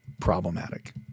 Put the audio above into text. problematic